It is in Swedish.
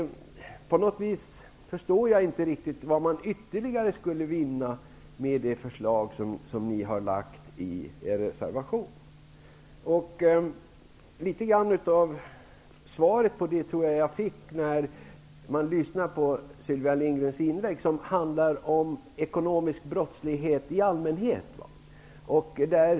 På något vis förstår jag inte vad man ytterligare skulle vinna med förslaget i er reservation. Jag tror att jag fick litet av svaret, när jag lyssnade på Sylvia Lindgrens inlägg. Hon talade om ekonomisk brottslighet i allmänhet.